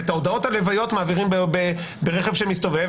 ואת ההודעות על לוויות מעבירים ברכב שמסתובב,